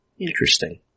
Interesting